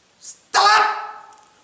Stop